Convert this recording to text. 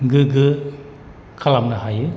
गोग्गो खालामनो हायो